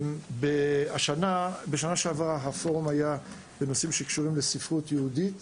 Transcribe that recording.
בשנה שעברה הפורום היה בנושאים שקשורים לספרות יהודית